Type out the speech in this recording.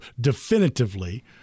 definitively